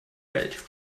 welt